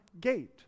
gate